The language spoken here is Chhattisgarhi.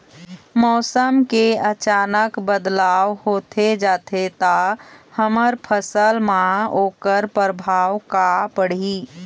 मौसम के अचानक बदलाव होथे जाथे ता हमर फसल मा ओकर परभाव का पढ़ी?